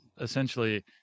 essentially